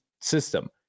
system